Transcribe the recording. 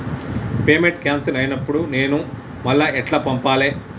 Payment cancel అయినపుడు నేను మళ్ళా ఎట్ల పంపాలే?